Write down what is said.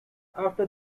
after